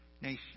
nation